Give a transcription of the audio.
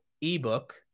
ebook